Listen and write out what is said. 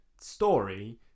story